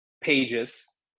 pages